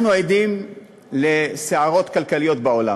אנחנו עדים לסערות כלכליות בעולם.